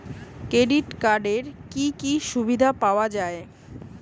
Credit কার্ডের কি কি সুবিধা পাওয়া যায়?